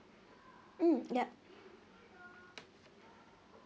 mm yup